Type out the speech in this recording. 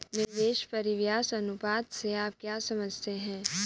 निवेश परिव्यास अनुपात से आप क्या समझते हैं?